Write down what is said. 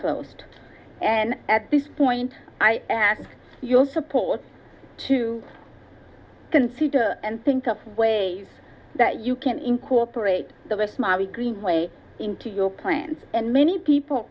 closed and at this point i ask your support to consider and think of ways that you can incorporate the smiley greenway into your plans and many people